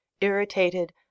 irritated